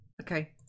Okay